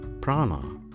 prana